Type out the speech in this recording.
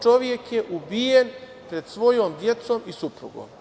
Čovek je ubijen pred svojom decom i suprugom.